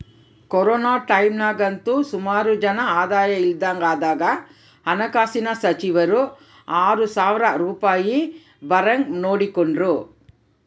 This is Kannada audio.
ಕೊರೋನ ಟೈಮ್ನಾಗಂತೂ ಸುಮಾರು ಜನ ಆದಾಯ ಇಲ್ದಂಗಾದಾಗ ಹಣಕಾಸಿನ ಸಚಿವರು ಆರು ಸಾವ್ರ ರೂಪಾಯ್ ಬರಂಗ್ ನೋಡಿಕೆಂಡ್ರು